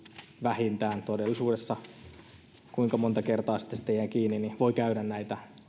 vähintään kuinka monta kertaa siitä sitten jää todellisuudessa kiinni voi käydä näitä